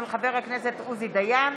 בעקבות דיון